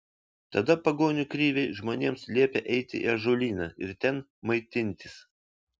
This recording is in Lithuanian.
tada pagonių kriviai žmonėms liepė eiti į ąžuolyną ir ten maitintis